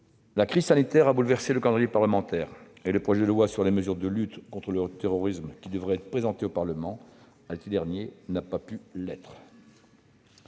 La crise sanitaire a bouleversé le calendrier parlementaire : le projet de loi sur les mesures de lutte contre le terrorisme n'a pas pu être présenté au Parlement l'été dernier. Si la crise